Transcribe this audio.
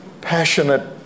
passionate